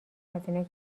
هزینه